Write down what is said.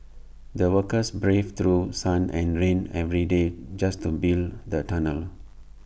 the workers braved through sun and rain every day just to build the tunnel